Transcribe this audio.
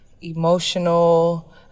emotional